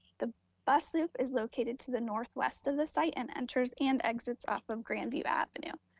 the best loop is located to the northwest of the site and enters and exits off of grand view avenue.